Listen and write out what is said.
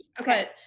Okay